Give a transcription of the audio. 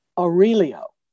Aurelio